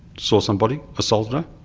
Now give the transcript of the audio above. saw somebody, assaulted her,